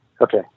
okay